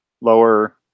Lower